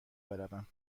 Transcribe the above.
بروم